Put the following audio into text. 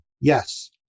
Yes